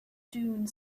dune